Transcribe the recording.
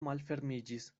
malfermiĝis